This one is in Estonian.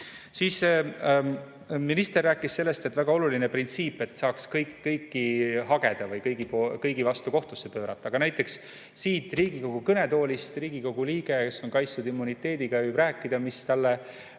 teinud. Minister rääkis sellest, et väga oluline printsiip on, et saaks kõiki hageda või kõigi vastu kohtusse pöörduda. Näiteks siit Riigikogu kõnetoolist Riigikogu liige, kes on kaitstud immuniteediga, võib rääkida, mis talle